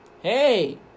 Hey